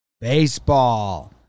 baseball